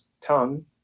Tongue